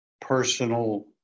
personal